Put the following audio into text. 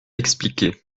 expliquait